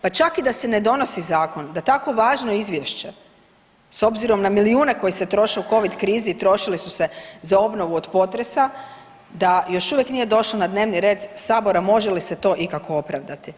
Pa čak i da se ne donosi zakon, da tako važno izvješće s obzirom na milijune koji se troše u covid krizi trošili su se za obnovu od potresa da još uvijek nije došao na dnevni red sabora može li se to ikako opravdati.